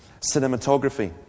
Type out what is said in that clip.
cinematography